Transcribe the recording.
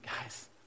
Guys